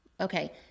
okay